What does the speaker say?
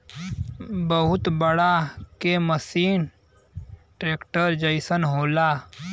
बहुत बड़ा के मसीन ट्रेक्टर जइसन होला